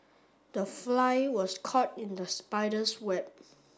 the fly was caught in the spider's web